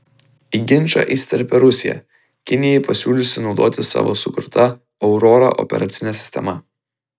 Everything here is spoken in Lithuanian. į ginčą įsiterpė rusija kinijai pasiūliusi naudotis savo sukurta aurora operacine sistema